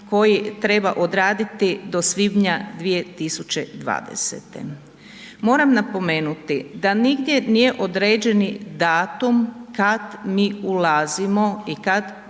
koji treba odraditi do svibnja 2020. Moram napomenuti da nigdje nije određeni datum kad mi ulazimo i kad